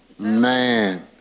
Man